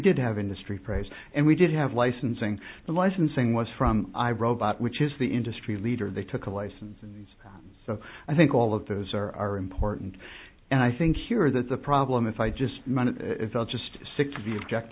did have industry price and we did have licensing and licensing was from i robot which is the industry leader they took a license and so i think all of those are important and i think here that's a problem if i just